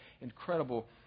incredible